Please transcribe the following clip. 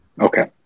Okay